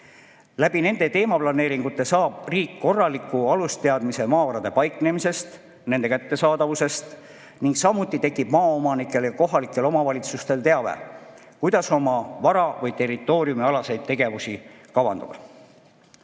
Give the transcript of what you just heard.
Nende teemaplaneeringutega saab riik korraliku alusteadmise maavarade paiknemisest ja nende kättesaadavusest, samuti tekib maaomanikel ehk kohalikel omavalitsustel teave, kuidas oma vara või territooriumialaseid tegevusi kavandada.